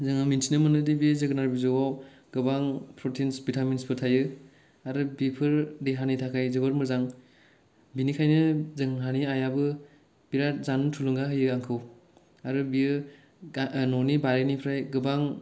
जोङो मिथिनो मोनोदि बे जोगोनाथ बिजौआव गोबां प्रतिनस भितामिनस फोर थायो आरो बेफोर देहानि थाखाय जोबोत मोजां बेनिखायनो जोंहानि आइयाबो बिराद जानो थुलुंगा होयो आंखौ आरो बियो ननि बारिनिफ्राइ गोबां